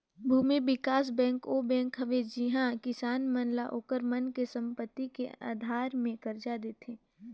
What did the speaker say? भूमि बिकास बेंक ओ बेंक हवे जिहां किसान मन ल ओखर मन के संपति के आधार मे करजा देथे